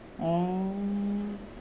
orh